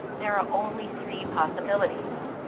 there are only three possibilities.